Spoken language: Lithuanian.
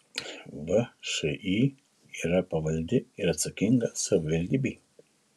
všį yra pavaldi ir atskaitinga savivaldybei